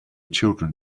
children